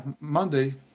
Monday